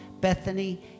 Bethany